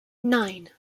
nine